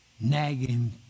nagging